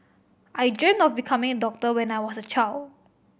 I dreamt of becoming a doctor when I was a child